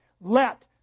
let